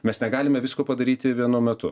mes negalime visko padaryti vienu metu